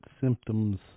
symptoms